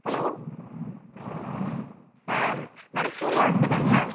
hello madam Surya ஹாஸ்பிட்டல்ங்களா